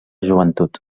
joventut